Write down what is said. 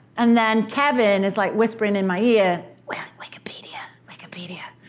and then kevin is, like, whispering in my ear, wikipedia, wikipedia.